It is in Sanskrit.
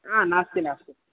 नास्ति नास्ति